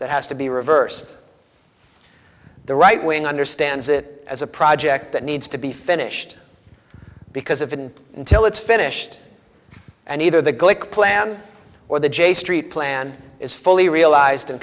that has to be reversed the right wing understands it as a project that needs to be finished because if and until it's finished and either the glick plan or the j street plan is fully realized and